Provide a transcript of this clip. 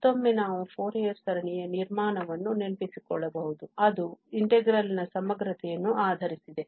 ಮತ್ತು ಮತ್ತೊಮ್ಮೆ ನಾವು ಫೋರಿಯರ್ ಸರಣಿಯ ನಿರ್ಮಾಣವನ್ನು ನೆನಪಿಸಿಕೊಳ್ಳಬಹುದು ಅದು integrals ನ ಸಮಗ್ರತೆಯನ್ನು ಆಧರಿಸಿದೆ